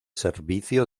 servicio